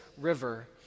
river